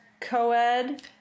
co-ed